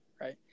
right